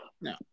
No